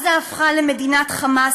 עזה הפכה למדינת "חמאס".